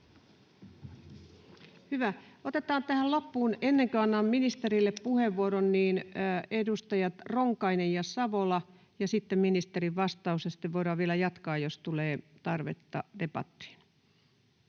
Otetaan tähän loppuun, ennen kuin annan ministerille puheenvuoron, edustajat Ronkainen ja Savola, ja sitten ministerin vastaus. Sitten voidaan vielä jatkaa, jos tulee tarvetta debattiin.